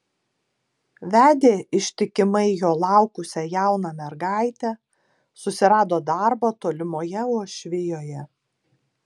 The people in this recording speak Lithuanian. vedė ištikimai jo laukusią jauną mergaitę susirado darbą tolimoje uošvijoje